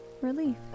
Relief